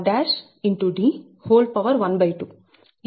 ఇది 78 వ సమీకరణం